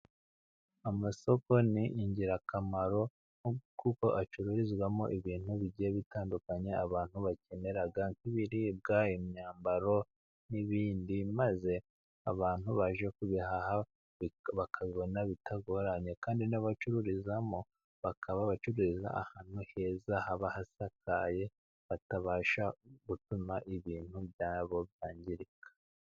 Amasoko ni ingirakamaro kuko acururizwamo ibintu bigiye bitandukanye abantu bakenera nk'ibiribwa, imyambaro n'ibindi. Maze abantu baje kubihaha bakabibona bitagoranye kandi n'abacururizamo bakaba bacururiza ahantu heza haba hasakaye batabasha gutuma ibintu byabo byangirika.